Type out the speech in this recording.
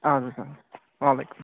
اَدٕ حظ اَدٕ حظ وعلیکُم